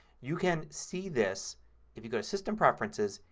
you can see this if you go to system preferences,